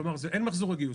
כלומר אין מחזורי גיוס,